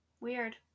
Weird